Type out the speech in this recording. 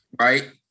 right